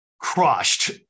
crushed